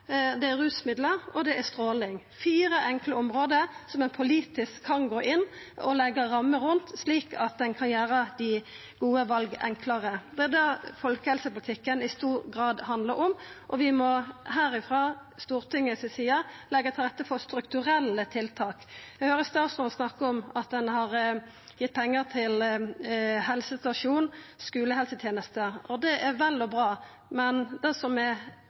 stråling – fire enkle område som ein politisk kan gå inn og leggja ei ramme rundt, slik at ein kan gjera dei gode vala enklare. Det er det folkehelsepolitikken i stor grad handlar om, og vi må frå Stortingets side leggja til rette for strukturelle tiltak. Eg høyrde statsråden snakka om at ein har gitt pengar til helsestasjonar og skulehelsetenester. Det er vel og bra, men det som er